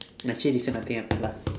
actually recent nothing happened lah